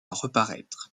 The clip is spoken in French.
reparaître